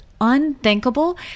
unthinkable